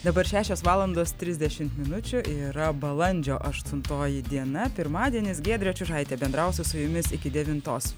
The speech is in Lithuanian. dabar šešios valandos trisdešimt minučių yra balandžio aštuntoji diena pirmadienis giedrė čiužaitė bendrausiu su jumis iki devintos